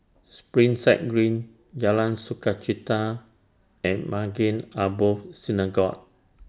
Springside Green Jalan Sukachita and Maghain Aboth Synagogue